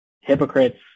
Hypocrites